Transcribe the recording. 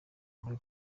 muri